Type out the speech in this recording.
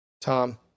Tom